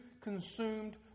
consumed